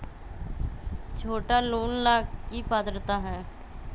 छोटा लोन ला की पात्रता है?